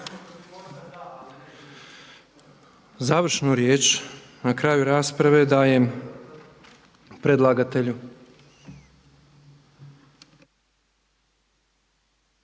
Završnu riječ na kraju rasprave dajem predlagatelju.